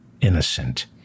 innocent